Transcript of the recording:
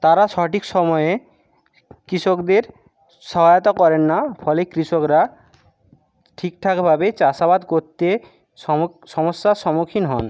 তারা সঠিক সময়ে কৃষকদের সহায়তা করেন না ফলে কৃষকরা ঠিকঠাকভাবে চাষাবাদ করতে সম সমস্যার সমুখীন হন